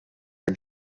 are